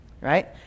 right